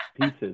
pieces